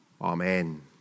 Amen